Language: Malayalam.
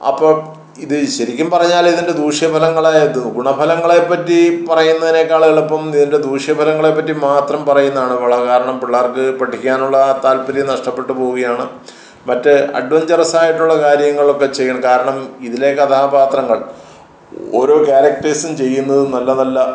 അപ്പോൾ ഇത് ശരിക്കും പറഞ്ഞാൽ ഇതിൻ്റെ ദൂഷ്യഫലങ്ങളേ ഗുണഫലങ്ങളെ പറ്റി പറയുന്നതിനേക്കാൾ എളുപ്പം ഇതിൻ്റെ ദൂഷ്യഫലങ്ങളെപ്പറ്റി മാത്രം പറയുന്നതാണ് ഉള്ളത് കാരണം പിള്ളേർക്ക് പഠിക്കാനുള്ള താൽപ്പര്യം നഷ്ടപ്പെട്ടുപോവുകയാണ് മറ്റേ അഡ്വെഞ്ചറസായിട്ടുള്ള കാര്യങ്ങളൊക്കെ ചെയ്യണം കാരണം ഇതിലെ കഥാപാത്രങ്ങൾ ഓരോ കേരക്ടേഴ്സും ചെയ്യുന്നതും നല്ല നല്ല